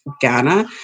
Ghana